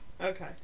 Okay